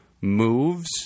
moves